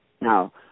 Now